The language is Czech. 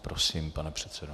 Prosím, pane předsedo.